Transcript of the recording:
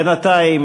בינתיים,